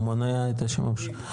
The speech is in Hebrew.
הוא מונע את השימוש.